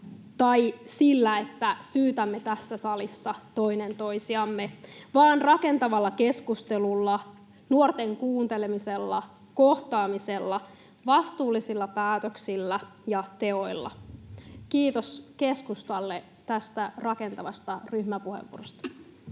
tai sillä, että syytämme tässä salissa toinen toisiamme, vaan rakentavalla keskustelulla, nuorten kuuntelemisella, kohtaamisella, vastuullisilla päätöksillä ja teoilla. Kiitos keskustalle rakentavasta ryhmäpuheenvuorosta.